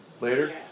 Later